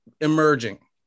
emerging